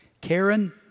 Karen